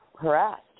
harassed